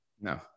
No